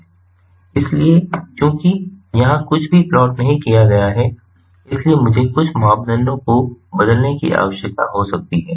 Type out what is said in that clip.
इसलिए चूंकि यहां कुछ भी प्लॉट नहीं किया जा रहा है इसलिए मुझे कुछ मापदंडों को बदलने की आवश्यकता हो सकती है